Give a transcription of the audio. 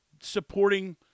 supporting